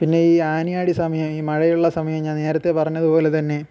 പിന്നെ ഈ ആനയടി സമയം ഈ മഴയുള്ള സമയം ഞാൻ നേരത്തെ പറഞ്ഞതുപോലെ തന്നെ